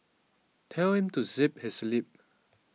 tell him to zip his lip